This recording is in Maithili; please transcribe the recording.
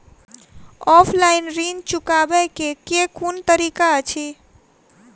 ऑफलाइन ऋण चुकाबै केँ केँ कुन तरीका अछि?